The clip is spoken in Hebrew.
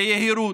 ביהירות,